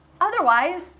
Otherwise